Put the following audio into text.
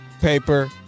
paper